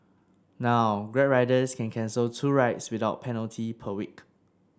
now Grab riders can cancel two rides without penalty per week